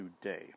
today